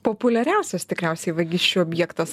populiariausias tikriausiai vagysčių objektas